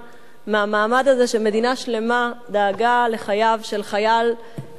במעמד הזה שמדינה שלמה דאגה לחייו של חייל אחד.